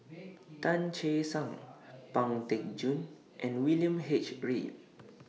Tan Che Sang Pang Teck Joon and William H Read